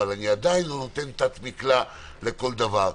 אבל אני עדיין לא נותן תת-מקלע לכל דבר.